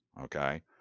Okay